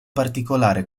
particolare